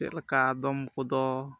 ᱪᱮᱫ ᱞᱮᱠᱟ ᱟᱫᱚᱢ ᱠᱚᱫᱚ